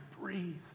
breathe